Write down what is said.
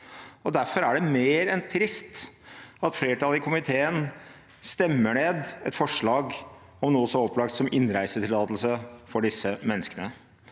Derfor er det mer enn trist at flertallet i komiteen stemmer ned et forslag om noe så opplagt som innreisetillatelse for disse menneskene.